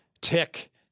Tick